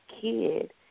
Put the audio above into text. kid